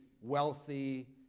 wealthy